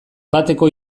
bateko